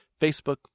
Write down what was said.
Facebook